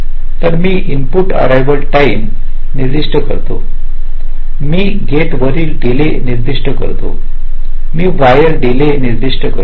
तर मी input arrival time ा निर्दिष्ट करते मी गेट वरील डीले निर्दिष्ट करतो मी वायर डीले निर्दिष्ट करतो